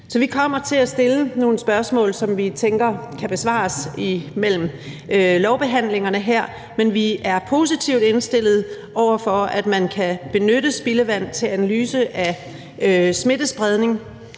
Så vi kommer til at stille nogle spørgsmål, som vi tænker kan besvares imellem lovbehandlingerne her, men vi er positivt indstillet over for, at man kan benytte spildevand til analyse af smittespredning.